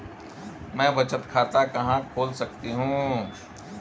मैं बचत खाता कहां खोल सकती हूँ?